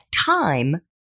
Time